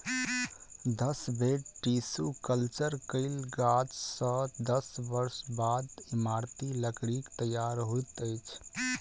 दस बेर tissue culture कयल गाछ सॅ दस वर्ष बाद इमारती लकड़ीक तैयार होइत अछि